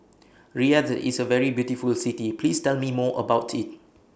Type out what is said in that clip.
Riyadh IS A very beautiful City Please Tell Me More about IT